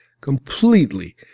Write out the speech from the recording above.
completely